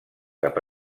cap